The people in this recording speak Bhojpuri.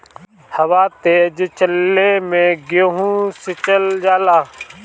हवा तेज चलले मै गेहू सिचल जाला?